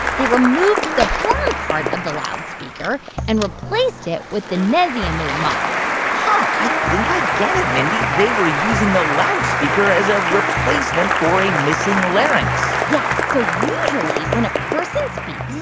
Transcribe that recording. they removed the horn part of the loudspeaker and replaced it with the nesyamun model huh. i think i get it, mindy. they were using the loudspeaker as a replacement for a missing larynx yeah. so usually, when a person speaks,